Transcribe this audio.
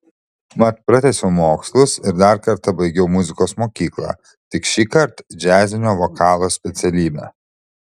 mat pratęsiau mokslus ir dar kartą baigiau muzikos mokyklą tik šįkart džiazinio vokalo specialybę